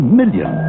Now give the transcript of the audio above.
million